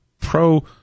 pro